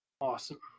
awesome